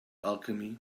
alchemy